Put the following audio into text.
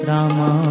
Rama